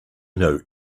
know